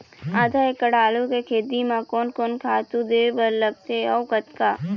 आधा एकड़ आलू के खेती म कोन कोन खातू दे बर लगथे अऊ कतका?